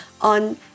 on